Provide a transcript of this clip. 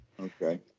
Okay